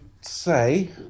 say